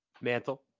mantle